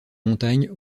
montagnes